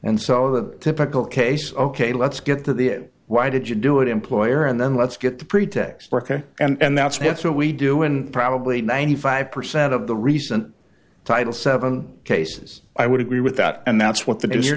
and so the typical case ok let's get to the why did you do it employer and then let's get the pretext burka and that's and that's what we do in probably ninety five percent of the recent title seven cases i would agree with that and that's what that is you're